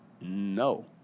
No